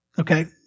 okay